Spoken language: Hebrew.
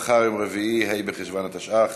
תתקיים, בעזרת השם,